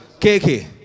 KK